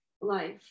life